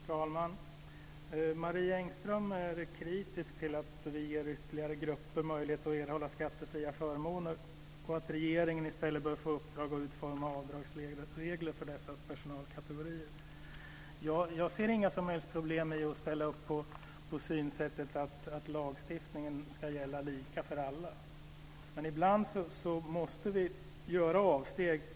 Fru talman! Marie Engström är kritisk till att vi ger ytterligare grupper möjlighet att erhålla skattefria förmåner och att regeringen i stället bör få i uppdrag att utforma avdragsregler för dessa personalkategorier. Jag ser inga som helst problem med att ställa upp på synsättet att lagstiftningen ska gälla lika för alla. Men ibland måste vi göra avsteg.